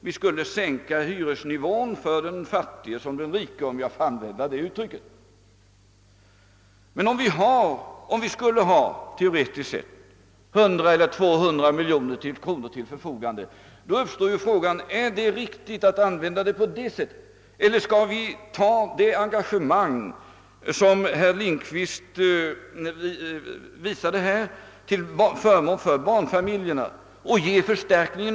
Vi skulle sänka hyresnivån för den rike lika väl som för den fattige — om jag får använda det uttrycket. Men om vi teoretiskt sett skulle ha 100 eller 200 miljoner kronor för det ändamålet, så måste man fråga sig om det är riktigt att använda pengarna på det sättet. Skall vi inte i stället gå den väg som herr Lindkvist också talade för, nämligen att ge barnfamiljerna en förstärkning?